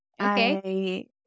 Okay